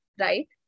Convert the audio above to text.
right